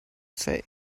say